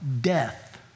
death